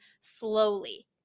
slowly